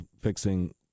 fixing